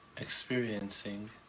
experiencing